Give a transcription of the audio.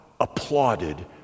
applauded